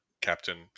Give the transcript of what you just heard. captain